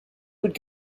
would